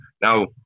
Now